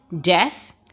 death